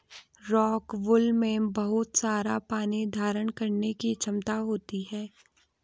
rockwool में बहुत सारा पानी धारण करने की क्षमता होती है